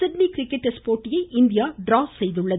Sydney cricket test போட்டியை India draw செய்தது